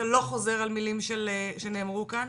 אתה לא חוזר על מילים שנאמרו כאן.